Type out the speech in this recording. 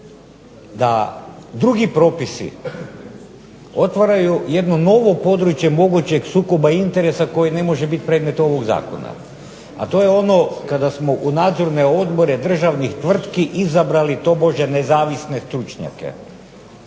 da drugi propisi otvaraju jedno novo područje jednog sukoba interesa koji ne može biti predmet ovoga zakona, a to je ono kada smo u nadzorne odbore državnih tvrtki izabrali tobože nezavisne stručnjake,